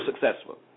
successful